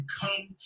come